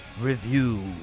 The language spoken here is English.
review